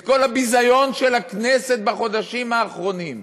את כל הביזיון של הכנסת בחודשים האחרונים,